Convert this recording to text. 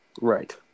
right